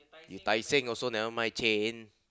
you Tai-Seng also never mind change